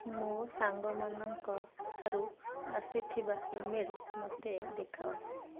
ମୋ ସାଙ୍ଗମାନଙ୍କ ଠାରୁ ଆସିଥିବା ଇ ମେଲ୍ ମୋତେ ଦେଖାଅ